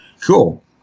Cool